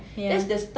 yes